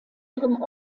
ihrem